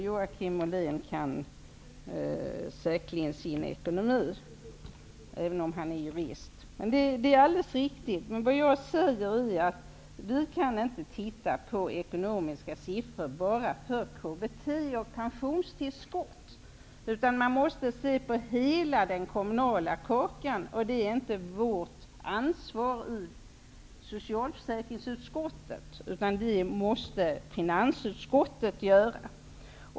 Joakim Ollén kan säkerligen sin ekonomi, även om han är jurist. Vad jag säger är att vi inte kan se på siffrorna för enbart KBT och pensionstillskott. Vi måste se på hela den kommunala kakan. Det är inte vårt ansvar i socialförsäkringsutskottet. Det måste finansutskottet göra.